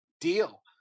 deal